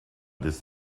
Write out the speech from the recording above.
this